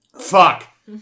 fuck